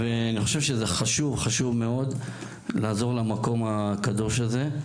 אני חושב שזה חשוב מאוד לעזור למקום הקדוש הזה,